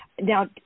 now